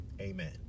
amen